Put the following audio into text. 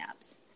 apps